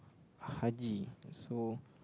haji so